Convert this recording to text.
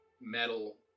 metal